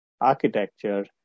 architecture